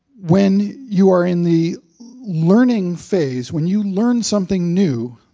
when you are in the learning phase, when you learn something new,